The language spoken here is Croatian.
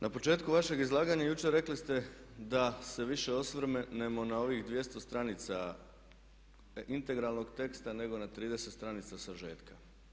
Na početku vašeg izlaganja jučer rekli ste da se više osvrnemo na ovih 200 stranica integralnog teksta nego na 30 stranica sažetka.